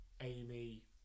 amy